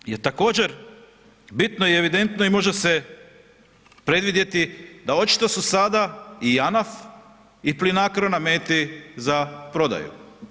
Ono što je također bitno i evidentno i može se predvidjeti, da očito su sada i JANAF i Plinacro na meti za prodaju.